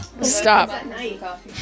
stop